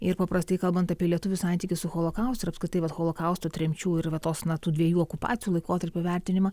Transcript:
ir paprastai kalbant apie lietuvių santykį su holokaustu ir apskritai holokausto tremčių ir va tos na tų dviejų okupacijų laikotarpių vertinimą